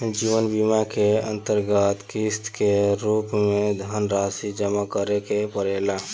जीवन बीमा के अंतरगत किस्त के रूप में धनरासि जमा करे के पड़ेला